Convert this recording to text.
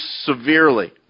severely